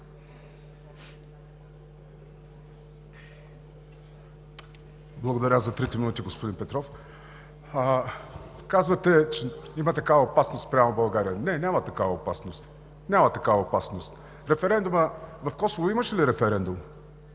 Благодаря за трите минути, господин Петров. Казвате, че има такава опасност спрямо България. Не, няма такава опасност. Няма такава опасност! В Косово имаше ли референдум?